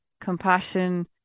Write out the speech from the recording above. compassion